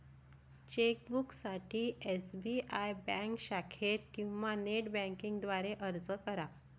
चेकबुकसाठी SBI bank शाखेत किंवा नेट बँकिंग द्वारे अर्ज करा